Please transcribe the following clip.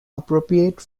appropriate